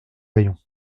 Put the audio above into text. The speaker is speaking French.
rayon